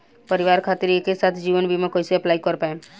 परिवार खातिर एके साथे जीवन बीमा कैसे अप्लाई कर पाएम?